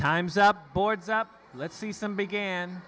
time's up boards up let's see some began